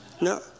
No